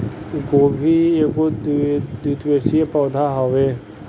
गोभी एगो द्विवर्षी पौधा हवे